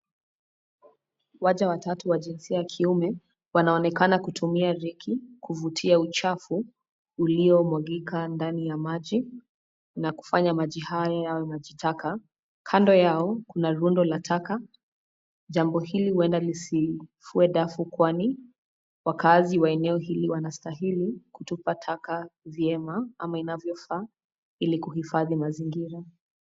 Waja watatu wa jinsia ya kiume, wanaonekana kutumia reki kuvutia uchafu, uliomwagika ndani ya maji, na kufanya maji haya yawe maji taka. Kando yao kuna rundo la taka. Jambo hili huenda lisifue dafu kwani, wakaazi wa eneo hili wanastahili kutupa taka vyema ama inavyofaa, ili kuhifadhi mazingira.